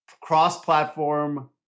cross-platform